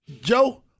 Joe